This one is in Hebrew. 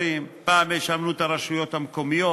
פעם את ההורים, פעם האשמנו את הרשויות המקומיות,